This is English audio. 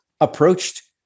approached